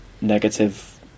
negative